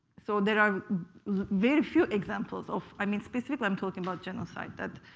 so there are very few examples of i mean, specifically, i'm talking about genocide that